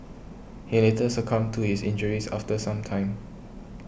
he later succumbed to his injuries after some time